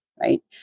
Right